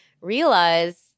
realize